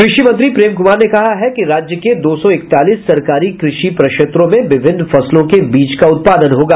कृषि मंत्री प्रेम कुमार ने कहा है कि राज्य के दो सौ इकतालीस सरकारी कृषि प्रक्षेत्रों में विभिन्न फसलों के बीज का उत्पादन होगा